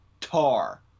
tar